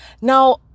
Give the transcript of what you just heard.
Now